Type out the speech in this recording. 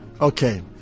Okay